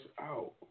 out